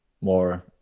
more